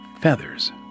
feathers